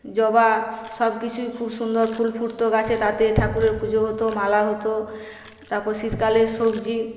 জবা সব কিছুই খুব সুন্দর ফুল ফুটতো গাছে তাতে ঠাকুরের পুজো হত মালা হত তারপর শীতকালে সবজি